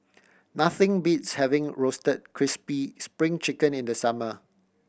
nothing beats having Roasted Crispy Spring Chicken in the summer